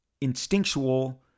instinctual